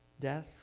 death